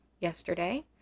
yesterday